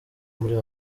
muri